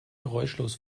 geräuschlos